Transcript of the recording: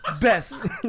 Best